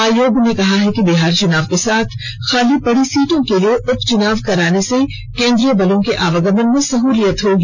आयोग ने कहा है कि बिहार चुनाव के साथ खाली पड़ी सीटों के लिए उपचुनाव कराने से केंद्रीय बलों के आवागमन में सह्लियत होगी